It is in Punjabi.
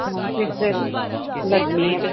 ਮੈਮ ਫਿਰ ਤਾਂ ਲੱਗਣੀ ਆ